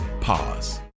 Pause